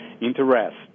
interest